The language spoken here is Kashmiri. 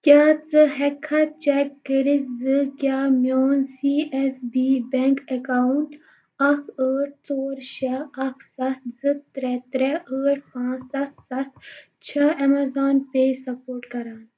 کیٛاہ ژٕ ہٮ۪کٕکھا چیک کٔرِتھ زِ کیٛاہ میٛون C S B bank account اَکھ ٲٹھ ژور شےٚ اَکھ سَتھ زٕ ترٛےٚ ترٛےٚ ٲٹھ پانٛژھ سَتھ سَتھ چھا ایمازان پےٚ سَپورٹ کَران